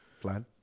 plan